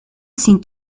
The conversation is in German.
sind